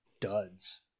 duds